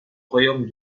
royaumes